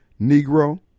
Negro